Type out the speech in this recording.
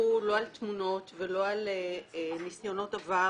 יסתמכו לא על תמונות ולא על ניסיונות עבר,